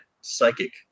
psychic